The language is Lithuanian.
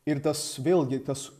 ir tas vėlgi tas